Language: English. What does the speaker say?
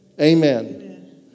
Amen